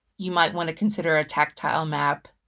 you might want to consider a tactile map.